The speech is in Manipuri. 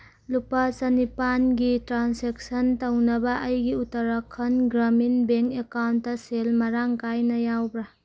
ꯂꯨꯄꯥ ꯆꯅꯤꯄꯥꯜꯒꯤ ꯇ꯭ꯔꯥꯟꯁꯦꯛꯁꯟ ꯇꯧꯅꯕ ꯑꯩꯒꯤ ꯎꯇꯔꯈꯟ ꯒ꯭ꯔꯥꯃꯤꯟ ꯕꯦꯡ ꯑꯦꯀꯥꯎꯟꯗ ꯁꯦꯜ ꯃꯔꯥꯡ ꯀꯥꯏꯅ ꯌꯥꯎꯕ꯭ꯔꯥ